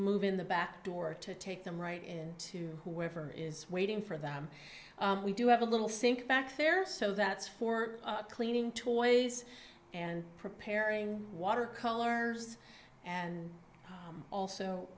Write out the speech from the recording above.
move in the back door to take them right in to whoever is waiting for them we do have a little sink back there so that's for cleaning toys and preparing water colors and also